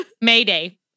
Mayday